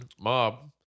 mob